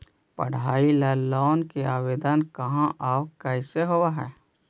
पढाई ल लोन के आवेदन कहा औ कैसे होब है?